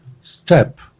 step